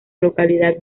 localidad